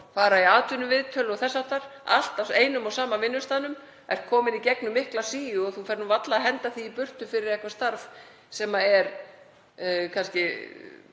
farið í atvinnuviðtöl og þess háttar, allt á einum og sama vinnustaðnum, ert komin í gegnum mikla síu og ferð nú varla að henda því í burtu fyrir eitthvert starf sem er kannski